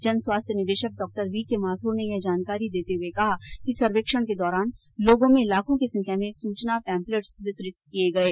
जन स्वास्थ्य निदेशक डॉ वी के माथुर ने यह जानकारी देते हुए कहा कि सर्वेक्षण के दौरान लोगों में लाखों की संख्या में सूचना पेंपलेट्स वितरित किये गये